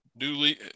newly